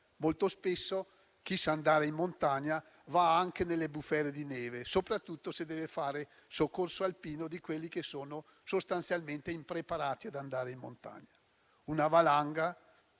Molto spesso chi sa andare in montagna va anche nelle bufere di neve, soprattutto se deve fare soccorso alpino nei confronti di quelli che sono sostanzialmente impreparati ad andare in montagna. Una valanga